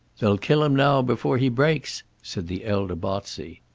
they'll kill him now before he breaks, said the elder botsey.